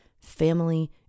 family